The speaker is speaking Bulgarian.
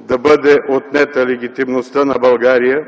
да бъде отнета легитимността на България